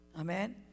Amen